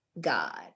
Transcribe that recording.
God